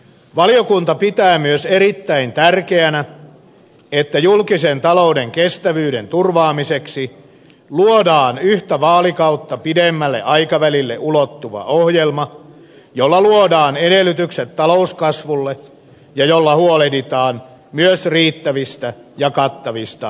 valiokunta pitää myös erittäin tärkeänä että julkisen talouden kestävyyden turvaamiseksi luodaan yhtä vaalikautta pidemmälle aikavälille ulottuva ohjelma jolla luodaan edellytykset talouskasvulle ja jolla myös huolehditaan riittävistä ja kattavista peruspalveluista